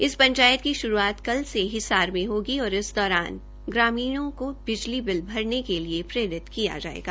इस पंचायत की शुरूआत कल से हिसार में होगी और इस दौरान ग्रामीणों को बिजली बिल भरने के लिए प्रेरित किया जायेगा